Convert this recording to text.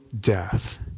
death